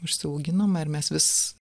užsiauginama ir mes vis